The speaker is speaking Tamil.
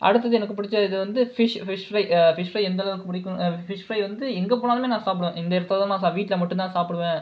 அடுத்தது எனக்கு பிடிச்ச இது வந்து fish fish fry fish fry எந்த அளவுக்கு பிடிக்கும் ஃபிஷ் ஃப்ரை வந்து எங்கே போனாலுமே நான் சாப்பிடுவ இந்த இடத்தில் தான் நான் சாப் வீட்டில் மட்டும் தான் சாப்பிடுவ